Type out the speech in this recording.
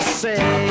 say